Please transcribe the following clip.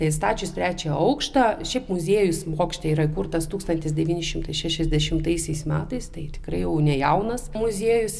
įstačius trečią aukštą šiaip muziejus bokšte yra įkurtas tūkstantis devyni šimtai šešiasdešimtaisiais metais tai tikrai jau nejaunas muziejus